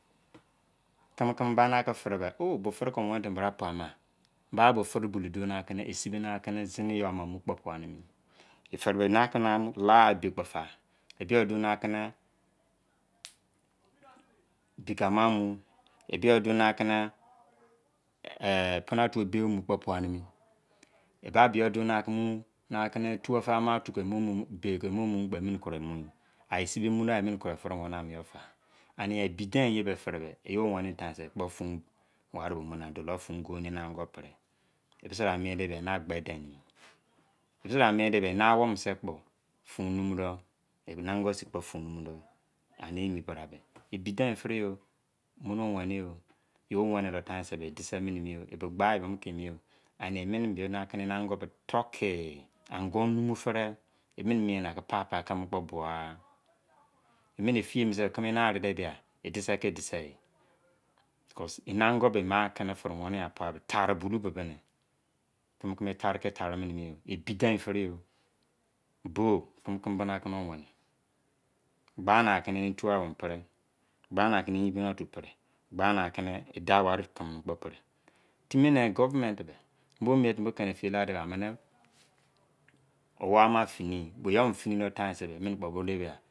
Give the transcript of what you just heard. Kimi-kimi bani aki firi be o! Bẹ firi ko mo wẹni timi bra pua ma? Babo firi bulou duoni akị ni e sibe nị aki nị e sibe na kịnị zịnị yọ ama mu kpọ pua nimi firi bẹ ena akini na lagha ebe kpo fa. E bi yo duoni akini bike ama mu e bi yo duo n'akini pina otu ebe omu kpọ pua emi eba bịyo duo akini tuo fi ama ebe ke mo muum kpọ emini kuroi mu dọ. Ae sibe mu da emini kuroi firi weni gha yo fa ania ebi deiin eyebe firi be yo weni yi tain se ekpo funwari o mu da dolo fun go niri'an go ori e bise bra mien de bia en'agbe dein nọ bisi bra mien de bia en'awou mini sẹ kpọ fun mumu do eni angozi kpọ fun mumu dọ ani emi bra be ebi dein firi yo emini o weni yo! Yo weni dọ tain so e dise mini mi ye ebe gbayi be mo ki emi ye ani omini birneni ango mien tọki. Ango mumu firi enimi mien na ki papa kimi kpo a biri gha enimi efiye bose kimi eni ari de bia e dibe ue yi because eni ango be e mo akini firi wenia puagho ari bulou kimi-kimi e tari kie tari nimi emi yo ebidein firi yo boo kimi kimi beni akini o weni. Gbania kini eni tuawpvnio pi gbani akini eyinbin-otu pri gba niki ni e dau wari kimi mo kpọ pri timi ne govenent be bo mien timi bo kimi efiye ta de ba owou ama fini yi bo yomini fini de tain se emini kpo bo de bia